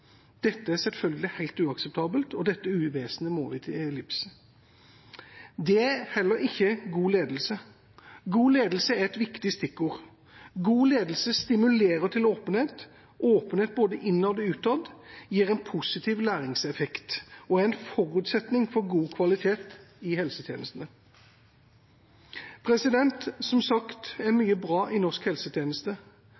Dette er selvfølgelig helt uakseptabelt, og dette uvesenet må vi til livs. Det er heller ikke god ledelse. God ledelse er et viktig stikkord. God ledelse stimulerer til åpenhet. Åpenhet, både innad og utad, gir en positiv læringseffekt og er en forutsetning for god kvalitet i helsetjenestene. Som sagt: Det er mye bra i norsk helsetjeneste,